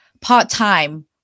part-time